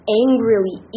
angrily